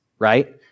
right